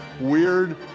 weird